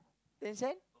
ten cent